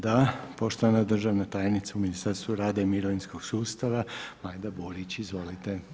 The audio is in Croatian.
Da, poštovana državna tajnica u Ministarstvu rada i mirovinskog sustava, Majda Burić, izvolite.